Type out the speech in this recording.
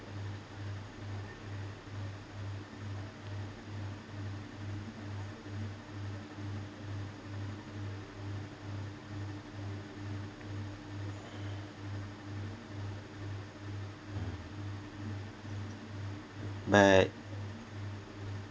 but